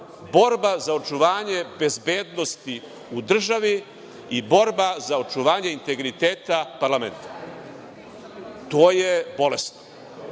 borba za očuvanje bezbednosti u državi i borba za očuvanje integriteta parlamenta. To je bolesno.